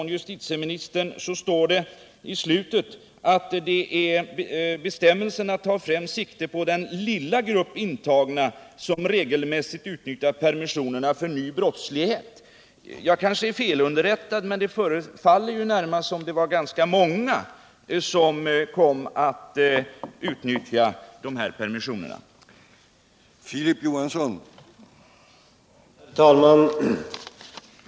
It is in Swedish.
Justitieministern framhöll i slutet av sitt svar bl.a.: ”Bestämmelsen tar främst sikte på den lilla grupp intagna som regelmässigt utnyttjar permissioner för ny brottslighet.” Jag kanske är felunderrättad, men det förefaller som om det är ganska många som utnyttjar dessa permissioner på det sättet.